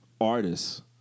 artists